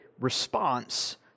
response